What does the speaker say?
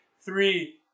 three